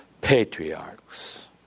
patriarchs